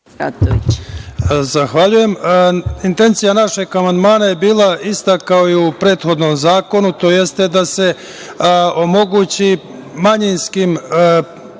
Zahvaljujem se. Intencija našeg amandmana je bila ista kao i u prethodnom zakonu tj. da se omogući manjinskim